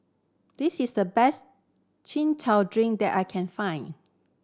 this is the best Chin Chow drink that I can find